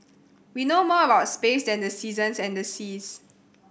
we know more a lot space than the seasons and the seas